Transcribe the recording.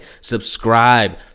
subscribe